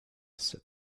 said